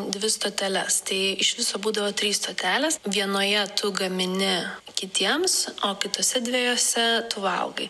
dvi stoteles tai iš viso būdavo trys stotelės vienoje tu gamini kitiems o kitose dviejose tu valgai